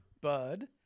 bud